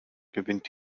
gewinnt